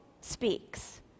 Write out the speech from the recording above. speaks